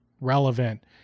relevant